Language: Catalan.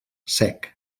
sec